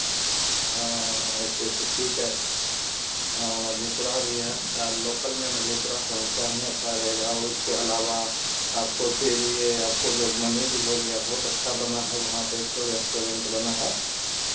हँ ऐसे तो ठीक है हाँ मधेपुरा भी है अच्छा लोकल में मधेपुरा सहरसा ही अच्छा रहेगा ओ उसके अलावा आपको फिर ये आपको जोगबनी भी हो गया बहुत अच्छा बना है वहाँ पर एक ठो रेस्टोरेंट बना है